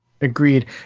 Agreed